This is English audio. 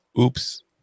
Oops